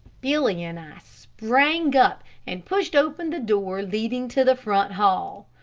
billy and i sprang up and pushed open the door leading to the front hall.